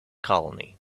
colony